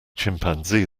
chimpanzee